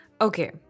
Okay